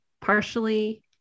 partially